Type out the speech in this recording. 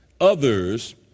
others